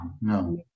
no